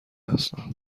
هستم